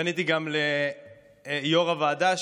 פניתי גם ליו"ר הוועדה,